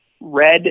red